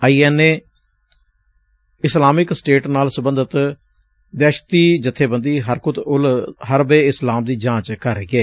I N A Islamic State ਨਾਲ ਸਬੰਧਤ ਦਹਿਸ਼ਤੀ ਜਥੇਬੰਦੀ ਹਰਕਤ ਉਲ ਹਰਬ ਏ ਇਸਲਾਮ ਦੀ ਜਾਂਚ ਕਰ ਰਹੀ ਏ